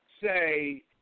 Say